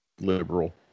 liberal